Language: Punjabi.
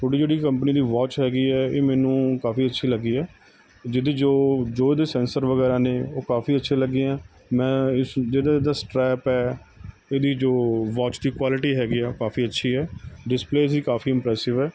ਤੁਹਾਡੀ ਜਿਹੜੀ ਕੰਪਨੀ ਦੀ ਵਾਚ ਹੈਗੀ ਹੈ ਇਹ ਮੈਨੂੰ ਕਾਫ਼ੀ ਅੱਛੀ ਲੱਗੀ ਹੈ ਜਿਹਦੀ ਜੋ ਜੋ ਏਦੇ ਸੈਸਰ ਵਗੈਰਾ ਨੇ ਉਹ ਕਾਫ਼ੀ ਅੱਛੇ ਲੱਗੇ ਹੈ ਮੈਂ ਇਸ ਇਹਦਾ ਜਿਹੜਾ ਸਟ੍ਰੈਪ ਹੈ ਇਹਦੀ ਜੋ ਵਾਚ ਦੀ ਕੁਆਲਟੀ ਹੈਗੀ ਹੈ ਉਹ ਕਾਫ਼ੀ ਅੱਛੀ ਹੈ ਡਿਸਪਲੇਅ ਵੀ ਕਾਫ਼ੀ ਇੰਮਪ੍ਰੇਸਿਵ ਹੈ